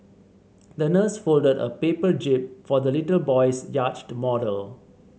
the nurse folded a paper jib for the little boy's yacht model